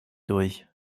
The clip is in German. durch